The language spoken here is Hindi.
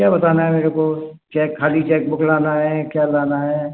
क्या बताना है मेरे को चैक ख़ाली चैक बूक लाना है क्या लाना है